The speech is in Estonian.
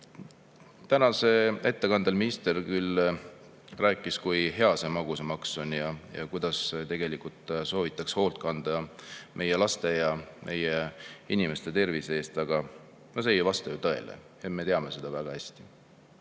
Tänase ettekande ajal minister küll rääkis, kui hea see magusamaks on ja kuidas soovitakse hoolt kanda meie laste ja kõigi meie inimeste tervise eest. Aga see ei vasta ju tõele. Me teame seda väga hästi.